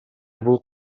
бул